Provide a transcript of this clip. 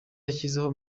yashyizeho